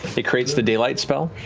it creates the daylight spell,